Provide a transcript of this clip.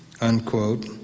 unquote